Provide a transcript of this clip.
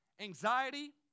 anxiety